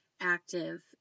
active